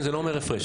זה לא אומר הפרש.